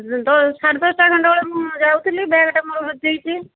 ତ ସାଢ଼େ ଦଶଟା ଖଣ୍ଡ ବେଳେ ମୁଁ ଯାଉଥିଲି ବ୍ୟାଗ୍ଟା ମୋର ହଜି ଯାଇଛି